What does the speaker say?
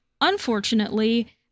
Unfortunately